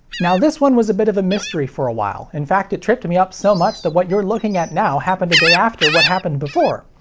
now this one was a bit of a mystery for a while, in fact it tripped me up so much that what you're looking at now happened a day after what happened before. ah,